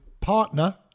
partner